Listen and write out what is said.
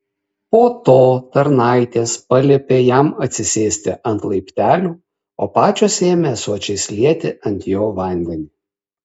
po to tarnaitės paliepė jam atsisėsti ant laiptelių o pačios ėmė ąsočiais lieti ant jo vandeni